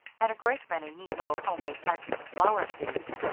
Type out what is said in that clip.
and a great many neat little homemade packets of flower seeds.